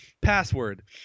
Password